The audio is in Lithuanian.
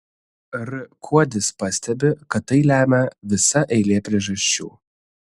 r kuodis pastebi kad tai lemia visa eilė priežasčių